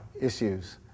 issues